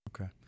Okay